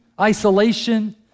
isolation